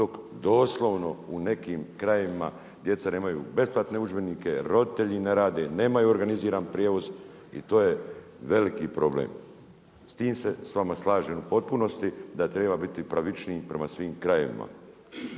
dok doslovno u nekim krajevima djeca nemaju besplatne udžbenike, roditelji ne rade, nemaju organiziran prijevoz i to je veliki problem. S tim se s vama slažem u potpunosti da treba biti pravičniji prema svim krajevima.